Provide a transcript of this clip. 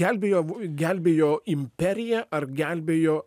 gelbėjo gelbėjo imperiją ar gelbėjo